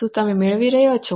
શું તમને તે મળી રહ્યું છે